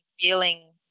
feeling